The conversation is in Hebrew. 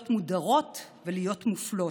להיות מודרות ולהיות מופלות.